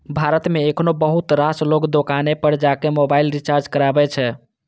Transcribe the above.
भारत मे एखनो बहुत रास लोग दोकाने पर जाके मोबाइल रिचार्ज कराबै छै